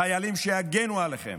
חיילים שיגנו עליכם.